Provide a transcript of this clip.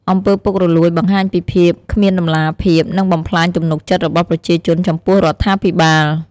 អំពើពុករលួយបង្ហាញពីភាពគ្មានតម្លាភាព និងបំផ្លាញទំនុកចិត្តរបស់ប្រជាជនចំពោះរដ្ឋាភិបាល។